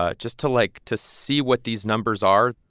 ah just to, like, to see what these numbers are?